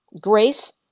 grace